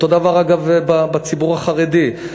אותו דבר, אגב, בציבור החרדי.